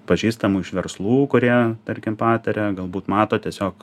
pažįstamų iš verslų kurie tarkim pataria galbūt mato tiesiog